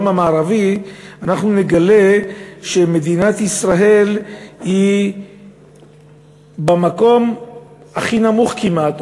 המערבי אנחנו נגלה שמדינת ישראל היא במקום הכי נמוך כמעט,